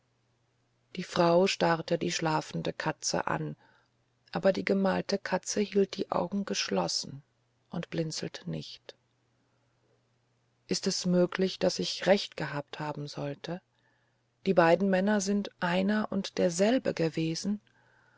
die frau starrte die schlafende katze an aber die gemalte katze hielt die augen geschlossen und blinzelte nicht ist es möglich daß ich recht gehabt haben sollte die beiden männer sind einer und derselbe gewesen